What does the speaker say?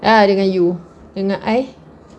ah dengan you dengan I